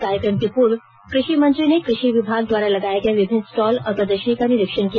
कार्यक्रम के पूर्व कृषि मंत्री ने कृषि विभाग द्वारा लगाये गए विभिन्न स्टॉल और प्रदर्शनी का निरीक्षण किया